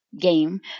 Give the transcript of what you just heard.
game